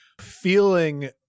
feeling